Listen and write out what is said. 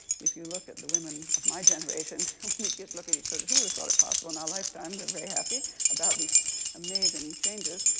if you look at the women of my generation, we just look at each so other, who would've thought it possible in our lifetime? we're very happy about these amazing changes.